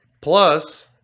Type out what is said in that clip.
plus